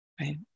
right